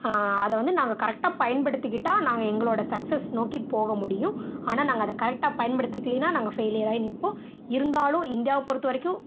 அதை வந்து நாங்கள் கரெக்டாக பயன்படுத்திக்கிட்டால் நாங்கள் எங்களோடய சக்ஸஸ் நோக்கி போக முடியும் ஆனால் நாங்கள் அதை கரெக்டாக பயன்படுத்திக்கிலேன்னா நாங்கள் ஃபெயிலியர் ஆகி நிற்போம் இருந்தாலும் இந்தியாவை பொறுத்த வரைக்கும்